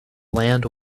land